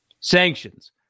Sanctions